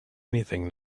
anything